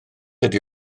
ydi